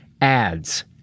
ads